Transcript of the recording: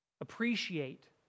Appreciate